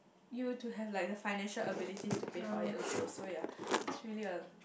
you will to have like the financial abilities to pay for it also so ya it's really a